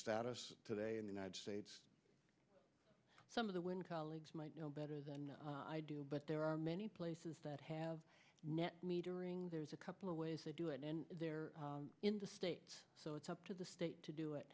status today in the united states some of the when colleagues might know better than i do but there are many places that have net metering there's a couple of ways they do it and they're in the state so it's up to the state to do it